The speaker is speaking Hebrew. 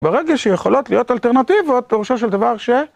ברגע שיכולות להיות אלטרנטיבות, פרושו של דבר ש...